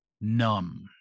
numb